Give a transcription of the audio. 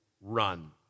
run